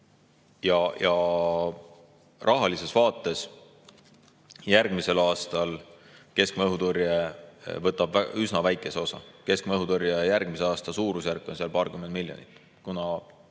Rahalises vaates järgmisel aastal keskmaa õhutõrje võtab üsna väikese osa. Keskmaa õhutõrje järgmise aasta suurusjärk on paarkümmend miljonit, kuna